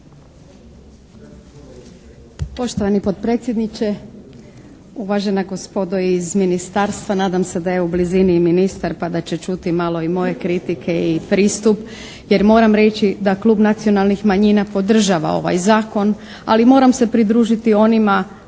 Poštovani potpredsjedniče, uvažena gospodo iz ministarstva, nadam se da je u blizini i ministar pa da će čuti malo i moje kritike i pristup. Jer moram reći da klub nacionalnih manjina podržava ovaj zakon. Ali moram se pridružiti onima